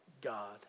God